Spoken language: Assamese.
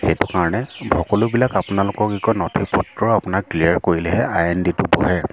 সেইটো কাৰণে সকলোবিলাক আপোনালোকৰ কি কয় নথি পত্ৰ আপোনাক ক্লিয়াৰ কৰিলেহে আই এন ডিটো বহে